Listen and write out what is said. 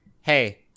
hey